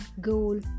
goal